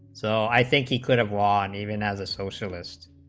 so i think he could of one even as a socialist